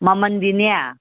ꯃꯃꯟꯗꯤꯅꯦ